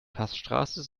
passstraße